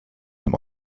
dem